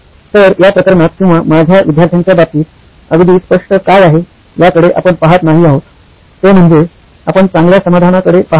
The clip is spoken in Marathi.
तर या प्रकरणात किंवा माझ्या विद्यार्थ्याच्या बाबतीत अगदी स्पष्ट काय आहे याकडे आपण पहात नाही आहोत ते म्हणजे आपण चांगल्या समाधानाकडे पहात नाहीत